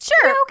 sure